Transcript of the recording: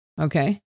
Okay